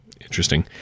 Interesting